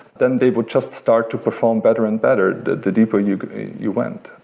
then they would just start to perform better and better the deeper you you went